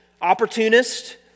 opportunist